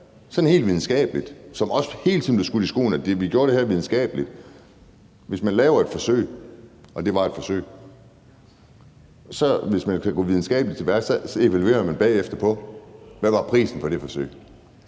sådan helt videnskabeligt. Det blev hele tiden sagt, at man gjorde det her videnskabeligt. Hvis man laver et forsøg – og det var et forsøg – og hvis man går videnskabeligt til værks, evaluerer man bagefter, hvad prisen var på det forsøg.